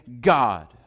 God